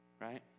Right